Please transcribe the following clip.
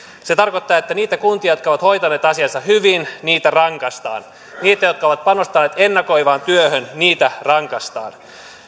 se tarkoittaa että niitä kuntia jotka ovat hoitaneet asiansa hyvin rangaistaan niitä jotka ovat panostaneet ennakoivaan työhön rangaistaan